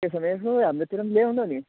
त्यसो भने यसो हाम्रोतिर ल्याउनु नि